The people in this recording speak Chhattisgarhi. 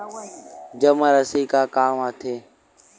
जमा राशि का काम आथे?